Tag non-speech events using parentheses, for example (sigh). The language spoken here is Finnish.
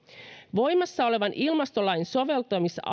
voimassa olevan ilmastolain soveltamisala (unintelligible)